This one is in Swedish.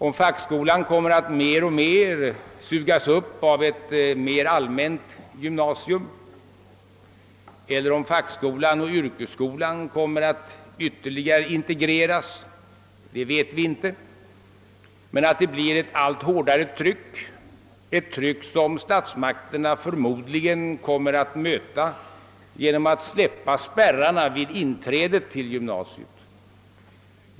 Om fackskolan mer och mer kommer att sugas upp av ett mer allmänt gymnasium eller om fackskolan och yrkesskolan kommer att ytterligare integreras vet vi inte. Men det kommer att bli ett allt hårdare tryck, ett tryck som statsmakterna förmodligen kommer att möta genom att släppa spärrarna vid inträde till gymnasium.